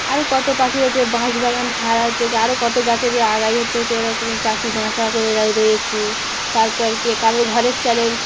আরও কত পাখি হচ্ছে বাঁশবাগান ছাড়া হচ্ছে কি আরও কত গাছের আগায় হচ্ছে কি এরকমই পাখি বাসা করে রয়েছে তারপর কি কারোর ঘরের চালের